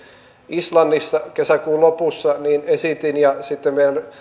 islannissa kesäkuun lopussa niin esitin ja sitten